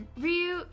Ryu